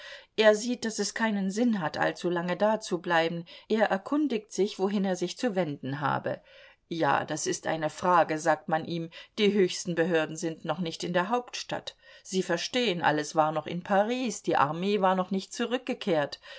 er sieht daß es keinen sinn hat allzu lange dazubleiben er erkundigt sich wohin er sich zu wenden habe ja das ist eine frage sagt man ihm die höchsten behörden sind noch nicht in der hauptstadt sie verstehen alles war noch in paris die armee war noch nicht zurückgekehrt